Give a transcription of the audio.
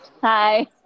Hi